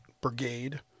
brigade